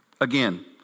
again